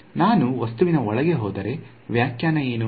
ನಾನು ವಸ್ತುವಿನ ಒಳಗೆ ಹೋದರೆ ವ್ಯಾಖ್ಯಾನ ಏನು